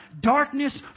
darkness